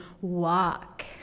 walk